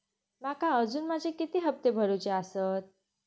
माका अजून माझे किती हप्ते भरूचे आसत?